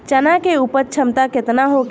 चना के उपज क्षमता केतना होखे?